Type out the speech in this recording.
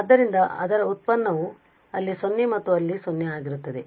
ಆದ್ದರಿಂದ ಅದರ ವ್ಯುತ್ಪನ್ನವು ಅಲ್ಲಿ 0 ಮತ್ತು ಅಲ್ಲಿ 0 ಆಗಿರುತ್ತದೆ